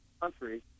country